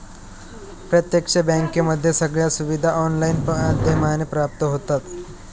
प्रत्यक्ष बँकेमध्ये सगळ्या सुविधा ऑनलाईन माध्यमाने प्राप्त होतात